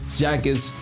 jackets